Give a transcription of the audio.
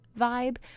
vibe